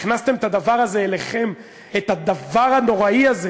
הכנסתם את הדבר הזה אליכם, את הדבר הנוראי הזה,